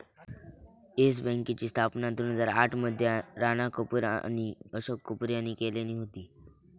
yes बँकेची स्थापना दोन हजार आठ मध्ये राणा कपूर आणि अशोक कपूर यांनी केल्यानी होती